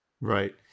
right